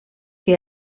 que